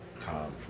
time